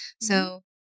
So-